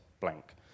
blank